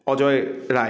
Ajay Roy